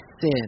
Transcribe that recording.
sin